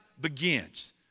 begins